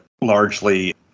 largely